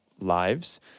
lives